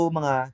mga